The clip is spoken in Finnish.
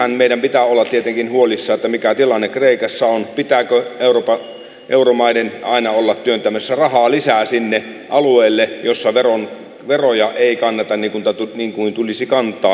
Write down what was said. siitähän meidän pitää olla tietenkin huolissaan mikä tilanne kreikassa on pitääkö euromaiden aina olla työntämässä rahaa lisää sinne alueelle jolla veroja ei kanneta niin kuin tulisi kantaa